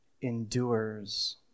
endures